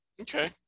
Okay